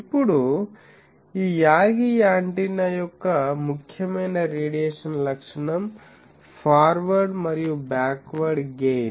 ఇప్పుడు ఈ Yagi antenna యొక్క ముఖ్యమైన రేడియేషన్ లక్షణం ఫార్వర్డ్ మరియు బ్యాక్వర్డ్ గెయిన్